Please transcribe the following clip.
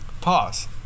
Pause